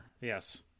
Yes